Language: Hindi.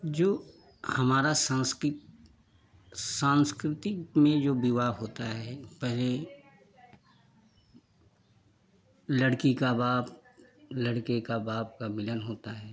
जो हमारा संस्कृति संस्कृति में जो विवाह होता है पहले लड़की का बाप लड़के का बाप का मिलन होता है